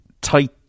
tight